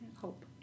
Hope